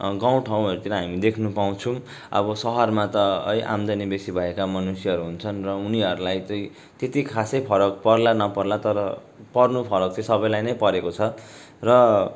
गाउँ ठाउँहरूतिर हामी देख्न पाउँछौँ अब सहरमा त है आम्दानी बेसी भएका मनुष्यहरू हुन्छन् र उनीहरूलाई चाहिँ त्यति खासै फरक पर्ला नपर्ला तर पर्नु फरक चाहिँ सबैलाई नै परेको छ र